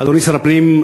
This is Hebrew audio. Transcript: אדוני שר הפנים,